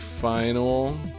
final